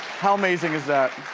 how amazing is that?